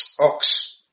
Ox